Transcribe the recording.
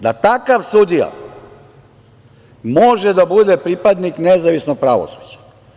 Da li takav sudija može da bude pripadnik nezavisnog pravosuđa?